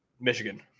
Michigan